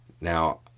Now